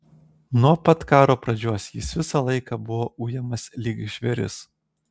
nuo pat karo pradžios jis visą laiką buvo ujamas lyg žvėris